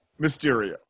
Mysterio